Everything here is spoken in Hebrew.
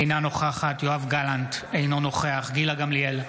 אינה נוכחת יואב גלנט, אינו נוכח גילה גמליאל,